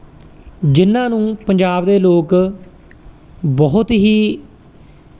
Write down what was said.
ਜਿਨਾਂ ਨੂੰ ਪੰਜਾਬ ਦੇ ਲੋਕ ਬਹੁਤ ਹੀ